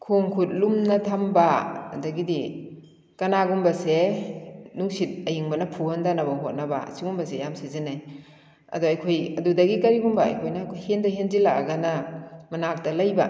ꯈꯣꯡ ꯈꯨꯠ ꯂꯨꯝꯅ ꯊꯝꯕ ꯑꯗꯒꯤꯗꯤ ꯀꯅꯥꯒꯨꯝꯕꯁꯦ ꯅꯨꯡꯁꯤꯠ ꯑꯏꯪꯕꯅ ꯐꯨꯍꯟꯗꯅꯕ ꯍꯣꯠꯅꯕ ꯑꯁꯤꯒꯨꯝꯕꯁꯦ ꯌꯥꯝ ꯁꯤꯖꯤꯟꯅꯩ ꯑꯗꯣ ꯑꯩꯈꯣꯏ ꯑꯗꯨꯗꯒꯤ ꯀꯔꯤꯒꯨꯝꯕ ꯑꯩꯈꯣꯏꯅ ꯍꯦꯟꯗ ꯍꯦꯟꯖꯜꯂꯛꯂꯒꯅ ꯃꯅꯥꯛꯇ ꯂꯩꯕ